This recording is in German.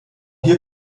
hier